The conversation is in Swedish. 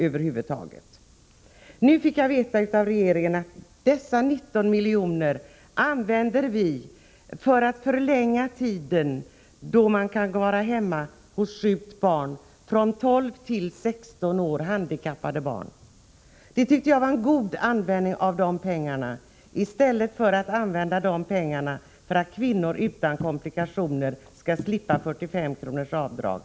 Senare fick jag av regeringen veta att dessa 19 milj.kr. skulle bl.a. användas för att förlänga den tid en person kan vara hemma hos ett sjukt handikappat barn i åldern 12-16 år. Jag tyckte att detta var en god användning av pengarna i stället för att använda dem så, att kvinnor utan kompliktioner skall slippa 45 kr. i sjukpenningsavdrag.